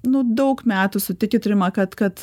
nu daug metų sutikit rima kad kad